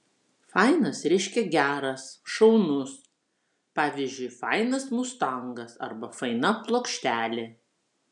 fainas reiškia geras šaunus pavyzdžiui fainas mustangas arba faina plokštelė